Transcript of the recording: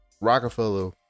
Rockefeller